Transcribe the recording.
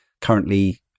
Currently